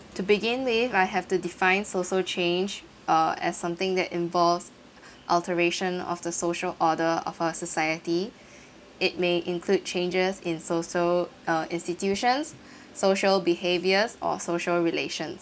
to begin with I have to define social change uh as something that involves alteration of the social order of a society it may include changes in social uh institutions social behaviours or social relations